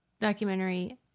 documentary